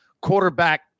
quarterback